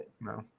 No